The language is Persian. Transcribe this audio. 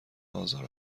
آزار